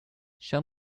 show